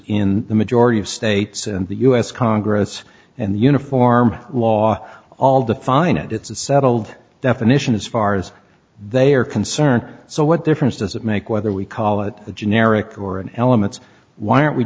in the majority of states and the u s congress and the uniform law all define it it's a settled definition as far as they are concerned so what they're fringe doesn't make whether we call it a generic or an elements why aren't we